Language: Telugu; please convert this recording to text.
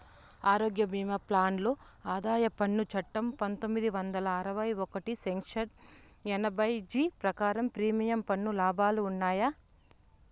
ఆరోగ్య భీమా ప్లాన్ లో ఆదాయ పన్ను చట్టం పందొమ్మిది వందల అరవై ఒకటి సెక్షన్ ఎనభై జీ ప్రకారం ప్రీమియం పన్ను లాభాలు ఉన్నాయా?